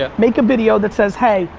ah make a video that says, hey,